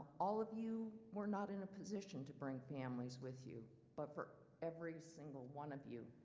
all of you were not in a position to bring families with you but for every single one of you,